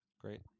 Great